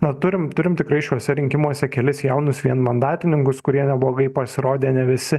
na turim turim tikrai šiuose rinkimuose kelis jaunus vienmandatininkus kurie neblogai pasirodė ne visi